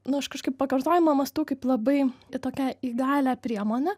nu aš kažkaip pakartojimą mąstau kaip labai į tokią įgalią priemonę